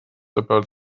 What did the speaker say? about